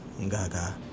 Gaga